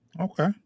Okay